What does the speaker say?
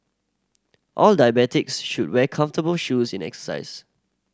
all diabetics should wear comfortable shoes in exercise